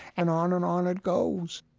and on and on it goes